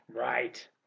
Right